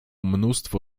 mnóstwo